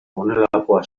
honelakoa